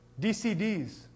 DCDs